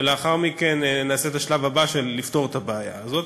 ולאחר מכן נעשה את השלב הבא, לפתור את הבעיה הזאת.